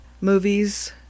movies